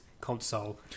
console